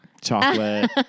chocolate